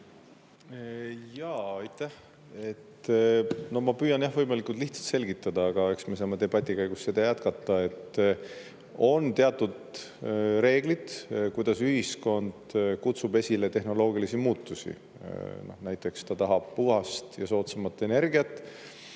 Ma püüan võimalikult lihtsalt selgitada, aga eks me saame debati käigus seda jätkata. On teatud reeglid, kuidas ühiskond kutsub esile tehnoloogilisi muutusi. Näiteks ta tahab puhast ja soodsamat energiat,